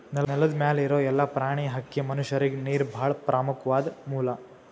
ನೆಲದ್ ಮ್ಯಾಲ್ ಇರೋ ಎಲ್ಲಾ ಪ್ರಾಣಿ, ಹಕ್ಕಿ, ಮನಷ್ಯರಿಗ್ ನೀರ್ ಭಾಳ್ ಪ್ರಮುಖ್ವಾದ್ ಮೂಲ